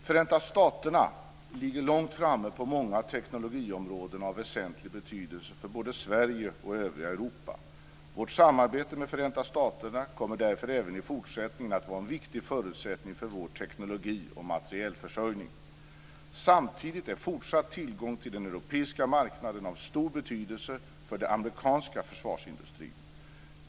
Förenta staterna ligger långt framme på många teknologiområden av väsentlig betydelse för både Sverige och övriga Europa. Vårt samarbete med Förenta staterna kommer därför även i fortsättningen att vara en viktig förutsättning för vår teknologi och materielförsörjning. Samtidigt är fortsatt tillgång till den europeiska marknaden av stor betydelse för den amerikanska försvarsindustrin.